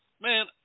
Man